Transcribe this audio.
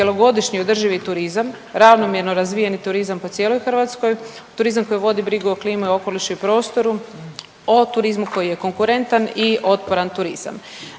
cjelogodišnji održivi turizam, ravnomjerno razvijeni turizam po cijeloj Hrvatskoj, turizam koji vodi brigu o klimi, okolišu i prostoru, o turizmu koji je konkurentan i otporan turizam.